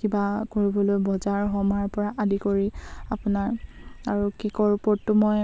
কিবা কৰিবলৈ বজাৰ সমাৰ পৰা আদি কৰি আপোনাৰ আৰু কে'কৰ ওপৰতটো মই